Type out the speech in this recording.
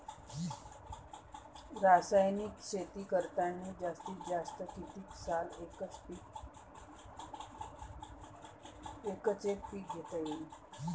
रासायनिक शेती करतांनी जास्तीत जास्त कितीक साल एकच एक पीक घेता येईन?